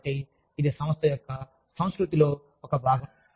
కాబట్టి ఇది సంస్థ యొక్క సంస్కృతిలో ఒక భాగం